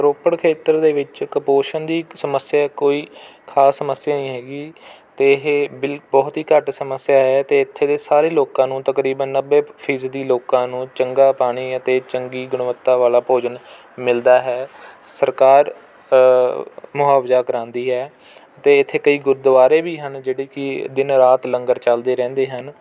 ਰੋਪੜ ਖੇਤਰ ਦੇ ਵਿੱਚ ਕੁਪੋਸ਼ਣ ਦੀ ਇੱਕ ਸਮੱਸਿਆ ਕੋਈ ਖਾਸ ਸਮੱਸਿਆ ਨਹੀਂ ਹੈਗੀ ਅਤੇ ਇਹ ਬਿਲ ਬਹੁਤ ਹੀ ਘੱਟ ਸਮੱਸਿਆ ਹੈ ਅਤੇ ਇੱਥੇ ਦੇ ਸਾਰੇ ਲੋਕਾਂ ਨੂੰ ਤਕਰੀਬਨ ਨੱਬੇ ਫ਼ੀਸਦੀ ਲੋਕਾਂ ਨੂੰ ਚੰਗਾ ਪਾਣੀ ਅਤੇ ਚੰਗੀ ਗੁਣਵੱਤਾ ਵਾਲਾ ਭੋਜਨ ਮਿਲਦਾ ਹੈ ਸਰਕਾਰ ਮੁਆਵਜ਼ਾ ਕਰਵਾਉਂਦੀ ਹੈ ਅਤੇ ਇੱਥੇ ਕਈ ਗੁਰਦੁਆਰੇ ਵੀ ਹਨ ਜਿਹੜੇ ਕਿ ਦਿਨ ਰਾਤ ਲੰਗਰ ਚੱਲਦੇ ਰਹਿੰਦੇ ਹਨ